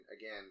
again